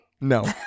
No